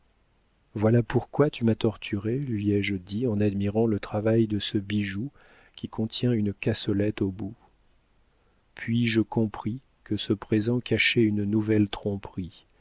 voilà pourquoi tu m'as torturée lui ai-je dit en admirant le travail de ce bijou qui contient une cassolette au bout puis je compris que ce présent cachait une nouvelle